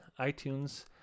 iTunes